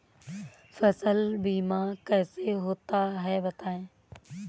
फसल बीमा कैसे होता है बताएँ?